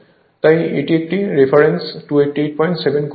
তাই এটি একটি রেফারেন্স 2887 কোণ হয়